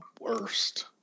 worst